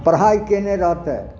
पढ़ाइ केने रहतै